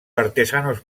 artesanos